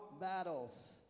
battles